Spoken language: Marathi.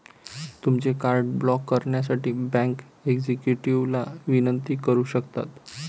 तुमचे कार्ड ब्लॉक करण्यासाठी बँक एक्झिक्युटिव्हला विनंती करू शकता